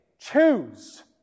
Choose